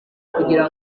kugira